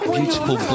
Beautiful